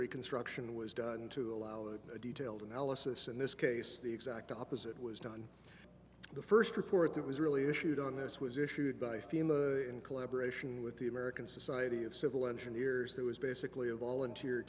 reconstruction was done to allow the detailed analysis in this case the exact opposite was done the first report that was really issued on this was issued by fema in collaboration with the american society of civil engineers that was basically a volunteer